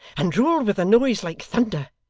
and roll with a noise like thunder.